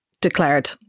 Declared